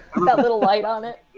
um a little light on it.